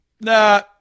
Nah